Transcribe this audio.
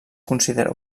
considera